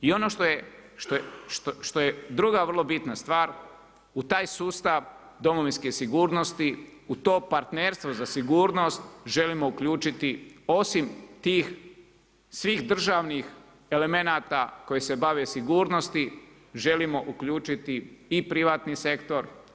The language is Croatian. I ono što je druga vrlo bitna stvar u taj sustav domovinske sigurnosti, u to partnerstvo za sigurnost želimo uključiti osim tih svih državnih elemenata koji se bave sigurnosti želimo uključiti i privatni sektor.